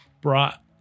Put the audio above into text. brought